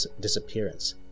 disappearance